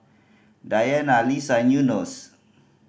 Diana Lisa and Yunos